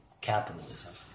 capitalism